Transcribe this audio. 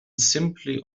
simply